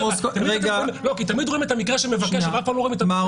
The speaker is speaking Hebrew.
לא לא, מר